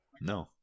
No